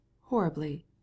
horribly